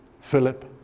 Philip